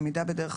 עד י"ב בבית